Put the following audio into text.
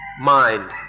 mind